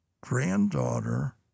granddaughter